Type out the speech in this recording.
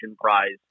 prize